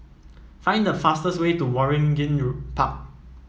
find the fastest way to Waringin Park